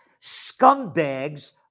Scumbags